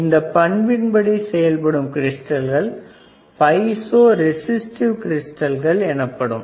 இந்தப் பண்பின் படி செயல்படும் கிறிஸ்டல்கள் பைசோ ரெஸிஸ்டிவ் கிரிஸ்டல் எனப்படுகிறது